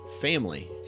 family